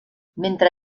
mentre